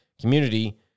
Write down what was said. community